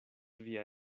via